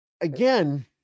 again